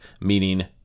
meaning